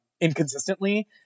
inconsistently